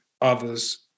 others